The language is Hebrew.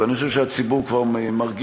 ואני חושב שהציבור כבר מרגיש,